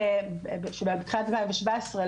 ב-2016,